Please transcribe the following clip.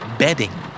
bedding